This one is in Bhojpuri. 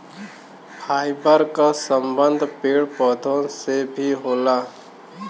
फाइबर क संबंध पेड़ पौधा से भी होला